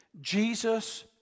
Jesus